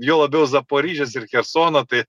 juo labiau zaporižės ir chesono tai